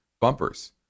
bumpers